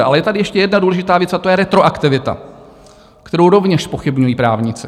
Ale je tady ještě jedna důležitá věc a to je retroaktivita, kterou rovněž zpochybňují právníci.